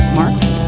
marks